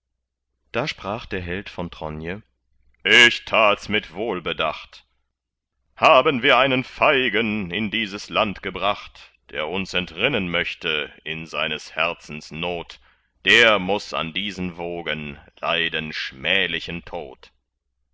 da sprach der held von tronje ich tats mit wohlbedacht haben wir einen feigen in dieses land gebracht der uns entrinnen möchte in seines herzens not der muß an diesen wogen leiden schmählichen tod